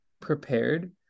prepared